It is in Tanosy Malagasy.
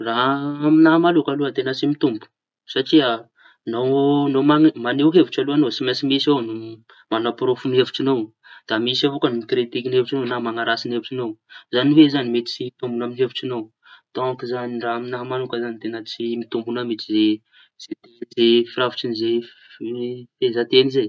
Na amiña manokaña aloha da teña tsy mitombo. Satria no mañeho mañeho hevitry aloha añao da tsy maintsy misy avao ny mañaporofo ny hevitriñao iñy. Da misy avao koa ny mikiritiky hevitsiñao na mañaratsy ny hevitriñao zañy hoe zañy mety tsy mitomboña amin'ny hevitriñao dônko zañy raha amiña zañy da tsy mitomboña mihitsy zay fi- firafitsy fehezan-teñy zay.